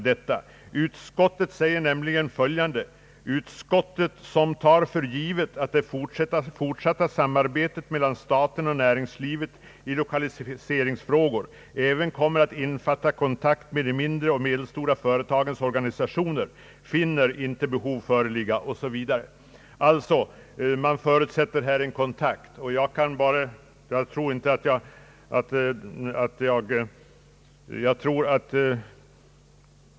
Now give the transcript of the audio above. I utlåtandet står nämligen följande: »Utskottet, som tar för givet att det fortsatta samarbetet mellan staten och näringslivet i lokaliseringsfrågor även kommer att innefatta kontakt med de mindre och medelstora företagens organisationer, finner inte behov föreligga» osv. Man förutsätter således här en kontakt mellan regeringen och dessa organisationer.